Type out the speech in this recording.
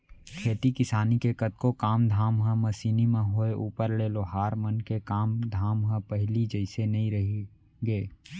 खेती किसानी के कतको काम धाम ह मसीनी म होय ऊपर ले लोहार मन के काम धाम ह पहिली जइसे नइ रहिगे